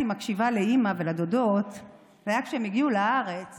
מקשיבה לאימא ולדודות זה היה כשהן הגיעו לארץ